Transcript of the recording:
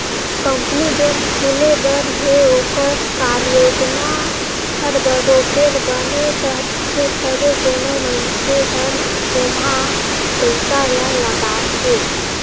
company जेन खुले बर हे ओकर कारयोजना हर बरोबेर बने रहथे तबे कोनो मइनसे हर ओम्हां पइसा ल लगाथे